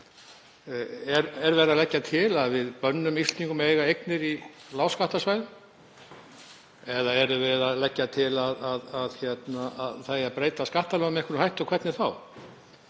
Er verið að leggja til að við bönnum Íslendingum að eiga eignir á lágskattasvæðum? Eða er verið að leggja til að það eigi að breyta skattalögum með einhverju hætti og hvernig þá?